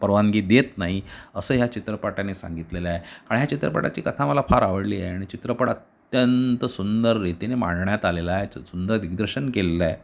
परवानगी देत नाही असं ह्या चित्रपटाने सांगितलेलं आहे आणि ह्या चित्रपटाची कथा मला फार आवडली आहे आणि चित्रपट अत्यंत सुंदर रीतीने मांडण्यात आलेला आहे च सुंदर दिग्दर्शन केलेलं आहे